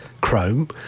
Chrome